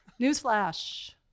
Newsflash